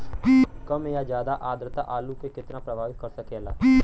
कम या ज्यादा आद्रता आलू के कितना प्रभावित कर सकेला?